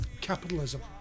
capitalism